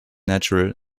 natural